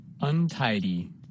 Untidy